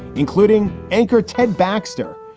including anchor ted baxter,